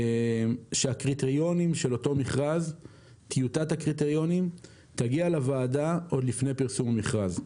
שטיוטת הקריטריונים של אותו מכרז תגיע לוועדה עוד לפני פרסום המכרז.